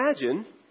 imagine